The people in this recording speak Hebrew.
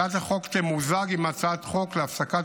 הצעת החוק תמוזג עם הצעת חוק להפסקת